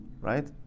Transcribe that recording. right